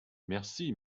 merci